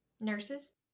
Nurses